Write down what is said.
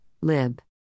Lib